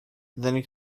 then